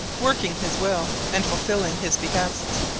working his will, and fulfilling his behests.